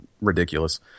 ridiculous